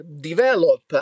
develop